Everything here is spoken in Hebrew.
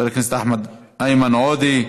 חבר הכנסת איימן עודה,